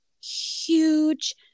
huge